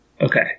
okay